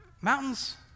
mountains